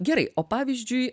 gerai o pavyzdžiui